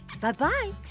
Bye-bye